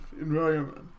environment